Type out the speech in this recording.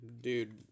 dude